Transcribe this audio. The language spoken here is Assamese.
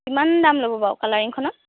কিমান দাম ল'ব বাৰু কালাৰিংখনত